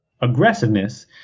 aggressiveness